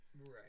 Right